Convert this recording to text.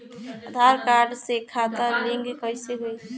आधार card से खाता link कईसे होई?